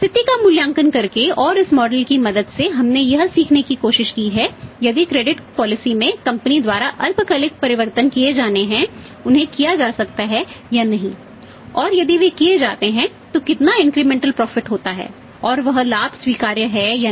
स्थिति का मूल्यांकन करके और इस मॉडल होता है और वह लाभ स्वीकार्य है या नहीं